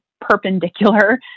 perpendicular